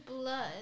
blood